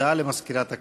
הודעה למזכירת הכנסת.